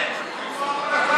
ארון הקודש?